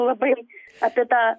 labai apie tą